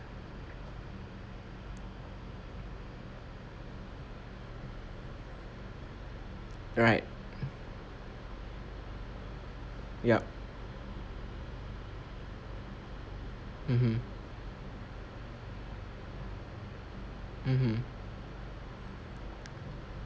right yup mmhmm mmhmm